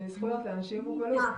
נגישות.